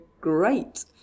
great